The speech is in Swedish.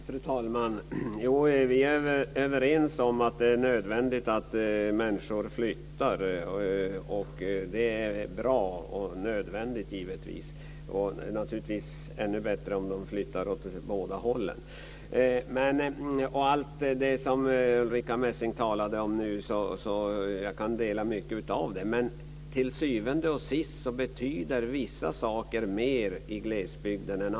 Fru talman! Vi är överens om att det är nödvändigt att människor flyttar, och det är givetvis bra. Det vore naturligtvis ännu bättre om de flyttade åt båda hållen. Jag kan instämma i mycket av det som Ulrica Messing nu talade om. Men till syvende och sist betyder vissa saker mer än andra i glesbygden.